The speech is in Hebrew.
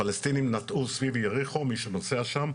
הפלסטינים נטעו סביב יריחו, מי שנוסע שם,